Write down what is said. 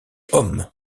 homme